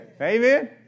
Amen